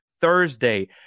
Thursday